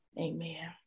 Amen